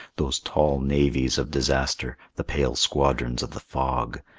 those tall navies of disaster, the pale squadrons of the fog,